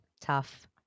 Tough